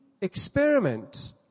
experiment